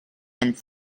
and